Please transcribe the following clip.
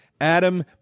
Adam